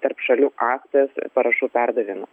tarp šalių aktas parašų perdavimo